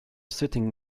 sitting